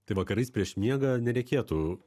tai vakarais prieš miegą nereikėtų